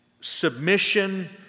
submission